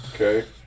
Okay